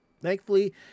Thankfully